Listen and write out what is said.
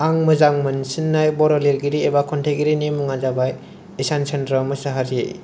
आं मोजां मोनसिन्नाय बर' लिरगिरि एबा खन्थाइगिरिनि मुङा जाबाय ईसान चन्द्र मोसाहारि